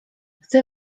chcę